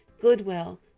goodwill